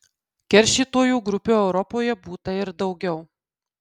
keršytojų grupių europoje būta ir daugiau